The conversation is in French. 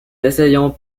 assaillants